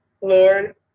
Lord